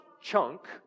chunk